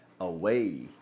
away